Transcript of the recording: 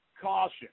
caution